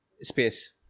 space